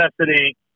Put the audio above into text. necessity